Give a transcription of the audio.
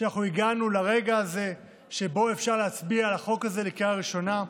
שאנחנו הגענו לרגע הזה שבו אפשר להצביע על החוק הזה בקריאה ראשונה.